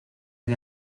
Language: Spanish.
que